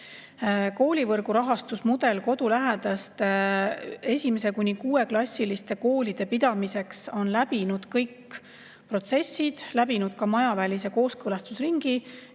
Koolivõrgu rahastusmudel kodulähedaste 1–6-klassiliste koolide pidamiseks on läbinud kõik protsessid, ka majavälise kooskõlastusringi,